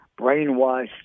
brainwashed